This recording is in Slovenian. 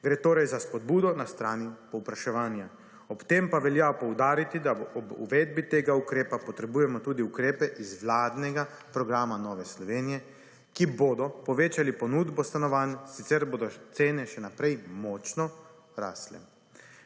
Gre torej za spodbudo na strani povpraševanja, ob tem pa velja poudariti, da ob uvedbi tega ukrepa potrebujemo tudi ukrepe iz vladnega programa Nove Slovenije, ki bodo povečali ponudbo stanovanj, sicer bodo cene še naprej močno rastle.